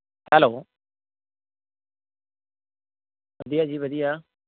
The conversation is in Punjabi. ਹੈਲੋ ਵਧੀਆ ਜੀ ਵਧੀਆ